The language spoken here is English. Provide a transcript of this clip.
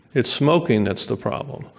it's smoking that's the problem.